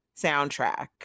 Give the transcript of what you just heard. soundtrack